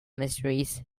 mysteries